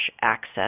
access